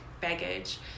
baggage